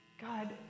God